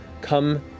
come